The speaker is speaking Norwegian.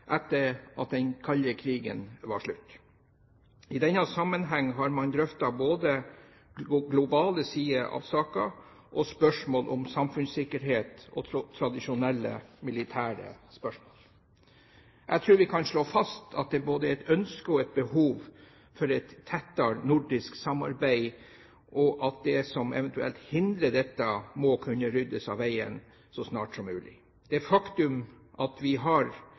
etter at den kalde krigen var slutt. I denne sammenheng har man drøftet både globale sider av saken og spørsmål om samfunnssikkerhet og tradisjonelle militære spørsmål. Jeg tror vi kan slå fast at det både er et ønske og et behov for et tettere nordisk samarbeid, og at det som eventuelt hindrer dette, må kunne ryddes av veien så snart som mulig. Det faktum at vi har